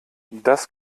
das